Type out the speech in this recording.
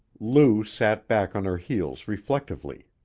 lou sat back on her heels reflectively.